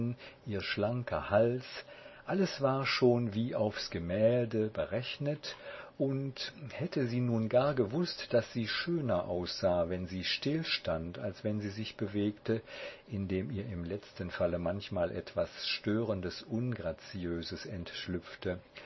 ihr schlanker hals alles war schon wie aufs gemälde berechnet und hätte sie nun gar gewußt daß sie schöner aussah wenn sie still stand als wenn sie sich bewegte indem ihr im letzten falle manchmal etwas störendes ungraziöses entschlüpfte